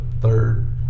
third